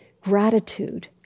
gratitude